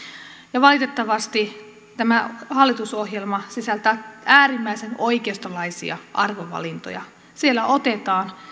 ja valitettavasti tämä hallitusohjelma sisältää äärimmäisen oikeistolaisia arvovalintoja siellä otetaan